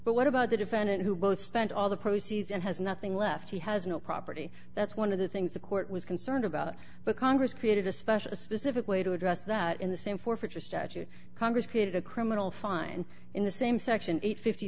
but what about the defendant who both spent all the proceeds and has nothing left he has no property that's one of the things the court was concerned about but congress created a special a specific way to address that in the same forfeiture statute congress created a criminal fine in the same section eight